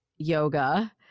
yoga